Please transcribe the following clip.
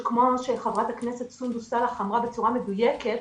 שכמו שחברת הכנסת סונדוס סאלח אמרה בצורה מדויקת,